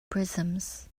prisons